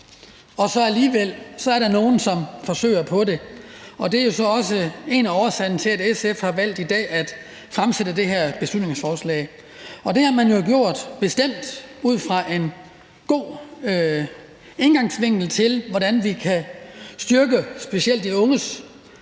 så alligevel er der nogle, som forsøger på det. Det er jo så også en af årsagerne til, at SF i dag har valgt at fremsætte det her beslutningsforslag. Det har man jo bestemt gjort ud fra en god indgangsvinkel til, hvordan vi kan styrke specielt de unges